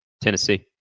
Tennessee